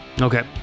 Okay